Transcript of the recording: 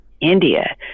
India